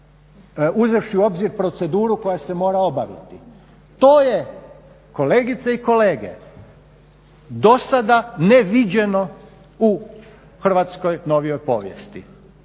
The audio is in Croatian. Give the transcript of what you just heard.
Uzevši u obzir proceduru koja se mora obaviti to je kolegice i kolege do sada neviđeno u hrvatskoj novijoj povijesti.